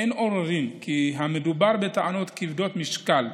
אין עוררין כי מדובר בטענות כבדות משקל,